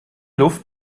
luft